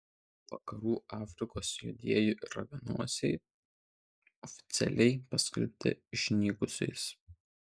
vakarų afrikos juodieji raganosiai oficialiai paskelbti išnykusiais